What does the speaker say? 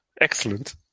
excellent